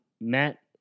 Matt